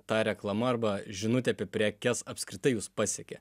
ta reklama arba žinutė apie prekes apskritai jus pasiekė